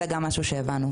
זה גם משהו שהבנו,